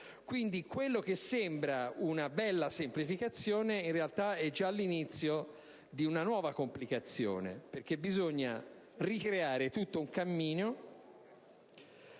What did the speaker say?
Quindi, quella che sembra una bella semplificazione in realtà è già l'inizio di una nuova complicazione, perché bisogna ricreare tutto un cammino.